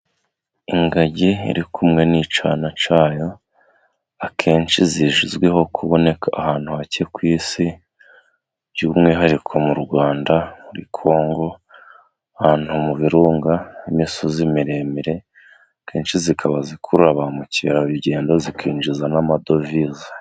Ingagi iri kumwe n'icyana cyayo. Akenshi zizwiho kuboneka ahantu hake ku isi, by'umwihariko mu Rwanda, muri Kongo, ahantu mu birunga h'imisozi miremire, kenshi zikaba zikurura ba mukerarugendo zikinjiza n'amadovize.